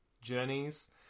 journeys